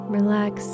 Relax